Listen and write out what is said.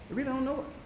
we don't know it.